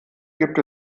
gibt